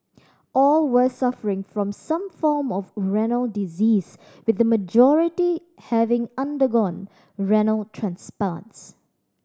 all were suffering from some form of renal disease with the majority having undergone renal